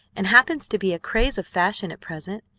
and happens to be a craze of fashion at present.